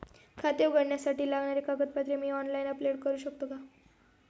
खाते उघडण्यासाठी लागणारी कागदपत्रे मी ऑनलाइन अपलोड करू शकतो का?